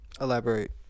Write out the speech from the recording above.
Elaborate